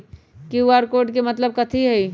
QR code के मतलब कथी होई?